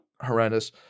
horrendous